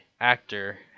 actor